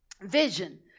vision